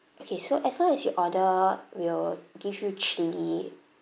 okay so as long as you order we'll give you chili